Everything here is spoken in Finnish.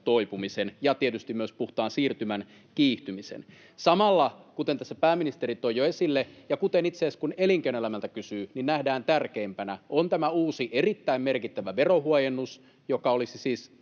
toipumisen ja tietysti myös puhtaan siirtymän kiihtymisen. Samalla, kuten tässä pääministeri toi jo esille — ja kuten itse asiassa nähdään, kun elinkeinoelämältä kysyy — nähdään tärkeimpänä tämä uusi, erittäin merkittävä verohuojennus, joka olisi siis